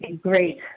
great